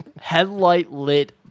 headlight-lit